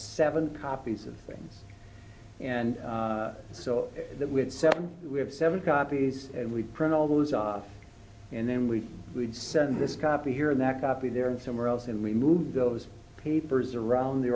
seven copies of things and so that we had seven we have seven copies and we print all those off and then we would send this copy here that copy there and somewhere else and we move those papers around the